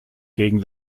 gegen